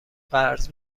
قرض